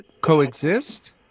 coexist